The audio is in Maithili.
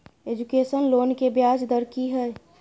एजुकेशन लोन के ब्याज दर की हय?